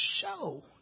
show